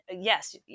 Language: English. Yes